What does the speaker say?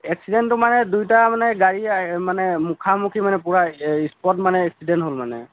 একচিডেণ্টটো মানে দুয়োটা মানে গাড়ী মানে মুখামুখি মানে পুৰা স্পট মানে একচিডেণ্ট হ'ল মানে